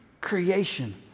creation